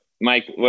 Mike